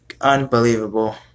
Unbelievable